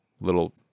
little